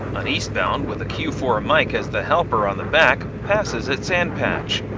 an eastbound with a q four mike as the helper on the back, passes at sand patch.